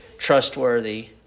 trustworthy